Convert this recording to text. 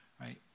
right